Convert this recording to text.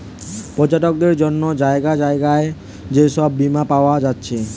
পর্যটকদের জন্যে জাগায় জাগায় যে সব বীমা পায়া যাচ্ছে